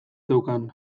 zeukan